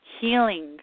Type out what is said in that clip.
healing